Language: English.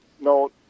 no